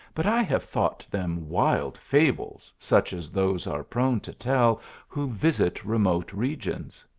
but i have thought them wild fables, such as those are prone to tell who visit remote regions.